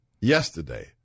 Yesterday